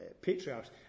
patriarchs